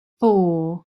four